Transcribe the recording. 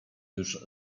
już